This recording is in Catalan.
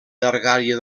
llargària